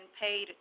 paid